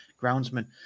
groundsman